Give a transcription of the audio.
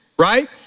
right